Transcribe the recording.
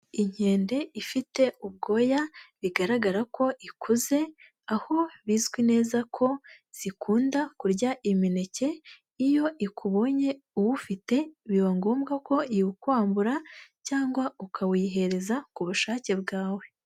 Inkende ifite ubwoya bigaragara ko ikuze aho bizwi neza ko zikunda kurya imineke, iyo ikubonye uwufite biba ngombwa ko iwukwambura cyangwa ukawuyihereza ku bushake bwawe.